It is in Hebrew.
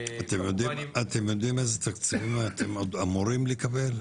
אתם יודעים איזה תקציבים אתם עוד אמורים לקבל?